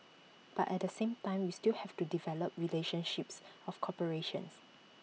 but at the same time we still have to develop relationships of cooperations